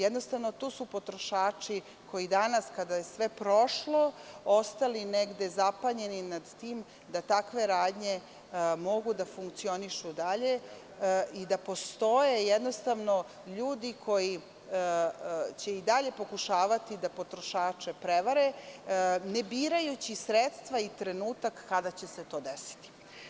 Jednostavno to su potrošači koji danas kada je sve prošlo su ostali negde zapanjeni nad tim da takve radnje mogu da funkcionišu dalje i da postoje jednostavno ljudi koji će i dalje pokušavati da potrošače prevare ne birajući sredstva ni trenutak kada će se to desiti.